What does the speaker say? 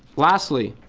lastly,